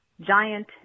giant